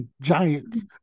giants